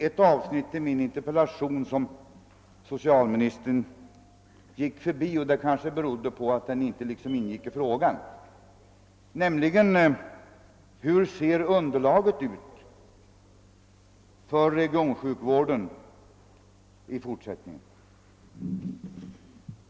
Ett avsnitt i min interpellation gick socialministern förbi, och det kanske berodde på att det inte ingick i själva frågan: Hur ser underlaget ut för reglonsjukvården i fortsättningen?